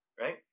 right